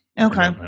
Okay